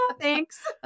thanks